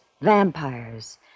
vampires